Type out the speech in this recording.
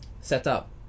setup